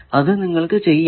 അത് നിങ്ങൾക്കു ചെയ്യാം